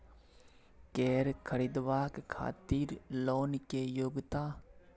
कैर खरीदवाक खातिर लोन के योग्यता?